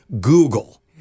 Google